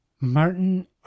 Martin